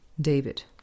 David